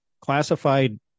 classified